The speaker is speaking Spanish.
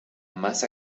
más